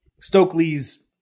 Stokely's